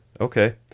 Okay